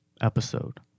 episode